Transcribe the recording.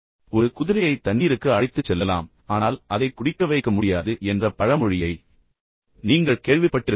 நீங்கள் ஒரு குதிரையை தண்ணீருக்கு அழைத்துச் செல்லலாம் ஆனால் அதைக் குடிக்க வைக்க முடியாது என்ற பழமொழியைப் பற்றி நீங்கள் கேள்விப்பட்டிருக்கலாம்